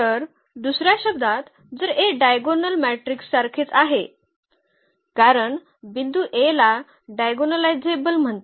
तर दुसऱ्या शब्दांत जर A डायगोनल मॅट्रिक्ससारखेच आहे कारण बिंदू A ला डायगोनलायझेबल म्हणतात